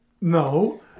no